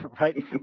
right